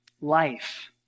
Life